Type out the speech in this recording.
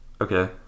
okay